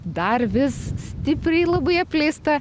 dar vis stipriai labai apleista